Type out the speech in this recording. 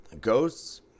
Ghosts